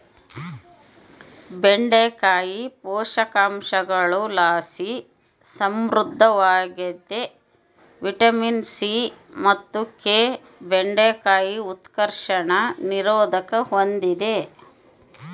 ಬೆಂಡೆಕಾಯಿ ಪೋಷಕಾಂಶಗುಳುಲಾಸಿ ಸಮೃದ್ಧವಾಗ್ಯತೆ ವಿಟಮಿನ್ ಸಿ ಮತ್ತು ಕೆ ಬೆಂಡೆಕಾಯಿ ಉತ್ಕರ್ಷಣ ನಿರೋಧಕ ಹೂಂದಿದೆ